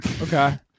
okay